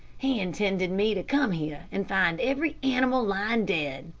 he intended me to come here and find every animal lying dead.